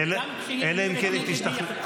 גם כשהיא מתנגדת היא יכולה.